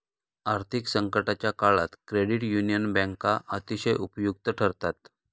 आर्थिक संकटाच्या काळात क्रेडिट युनियन बँका अतिशय उपयुक्त ठरतात